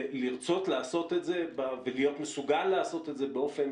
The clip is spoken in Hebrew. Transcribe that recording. לרצות לעשות את זה ולהיות מסוגל לעשות את זה באופן